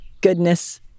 goodness